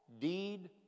deed